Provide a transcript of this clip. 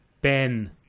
ben